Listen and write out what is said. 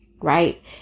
right